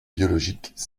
biologiques